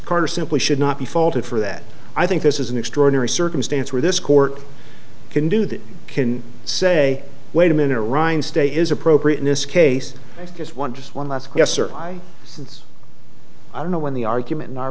carter simply should not be faulted for that i think this is an extraordinary circumstance where this court can do that can say wait a minute ryan stay is appropriate in this case because one just one last question why since i don't know when the argument in our